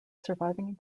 surviving